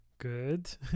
good